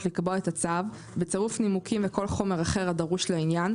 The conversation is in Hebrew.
לקבוע את הצו בצירוף נימוקים וכל חומר אחר הדרוש לעניין,